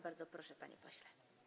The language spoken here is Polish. Bardzo proszę, panie pośle.